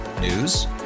News